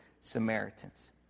Samaritans